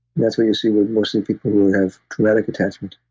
that's where you see with mostly people who have traumatic attachment.